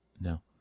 No